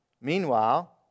Meanwhile